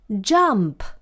jump